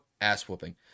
ass-whooping